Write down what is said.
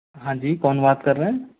हाँ जी कौन बात कर रहें